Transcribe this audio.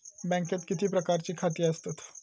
बँकेत किती प्रकारची खाती आसतात?